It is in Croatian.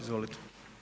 Izvolite.